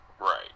Right